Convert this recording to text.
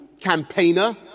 campaigner